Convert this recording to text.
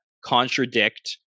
contradict